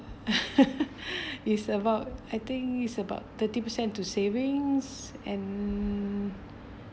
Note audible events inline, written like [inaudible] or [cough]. [laughs] it's about I think it's about thirty percent to savings and